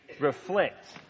reflect